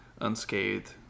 unscathed